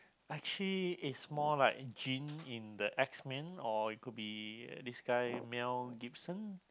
actually it's more like Jean in the X Men or it could be this guy Mel-Gibson